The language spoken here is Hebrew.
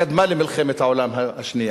שקדמה למלחמת העולם השנייה.